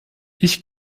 ich